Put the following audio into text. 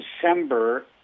December